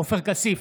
עופר כסיף,